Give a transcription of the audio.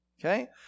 okay